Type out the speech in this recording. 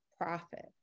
profit